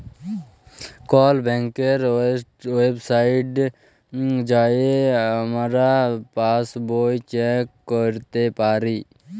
call ব্যাংকের ওয়েবসাইটে যাঁয়ে আমরা পাসবই চ্যাক ক্যইরতে পারি